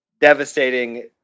devastating